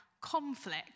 Conflict